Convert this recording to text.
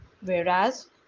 Whereas